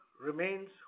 remains